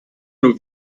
nur